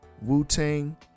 Wu-Tang